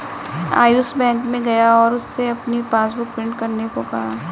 Ayush bank में गया और उससे अपनी पासबुक प्रिंट करने को कहा